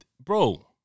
bro